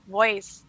voice